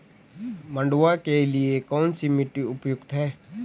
मंडुवा के लिए कौन सी मिट्टी उपयुक्त है?